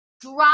drop